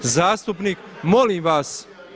Zastupnik …… [[Govornici govore u glas, ne razumije se.]] Molim vas!